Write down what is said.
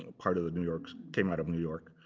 ah part of the new york came out of new york.